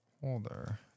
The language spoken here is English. holder